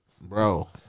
Bro